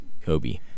Kobe